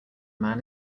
man